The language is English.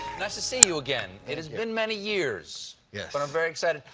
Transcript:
nice to see you again. it has been many years yeah but i'm very excited.